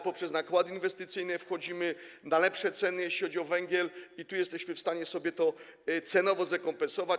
Poprzez nakłady inwestycyjne wchodzimy na lepsze ceny, jeśli chodzi o węgiel, i tu jesteśmy w stanie sobie to cenowo zrekompensować.